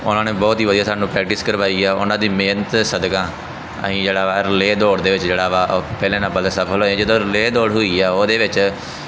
ਉਹਨਾਂ ਨੇ ਬਹੁਤ ਹੀ ਵਧੀਆ ਸਾਨੂੰ ਪ੍ਰੈਕਟਿਸ ਕਰਵਾਈ ਆ ਉਹਨਾਂ ਦੀ ਮਿਹਨਤ ਸਦਕਾ ਅਸੀਂ ਜਿਹੜਾ ਵਾ ਰਿਲੇਅ ਦੌੜ ਦੇ ਵਿੱਚ ਜਿਹੜਾ ਵਾ ਉਹ ਪਹਿਲੇ ਨੰਬਰ 'ਤੇ ਸਫਲ ਹੋਏ ਜਦੋਂ ਰਿਲੇਅ ਦੌੜ ਹੋਈ ਆ ਉਹਦੇ ਵਿੱਚ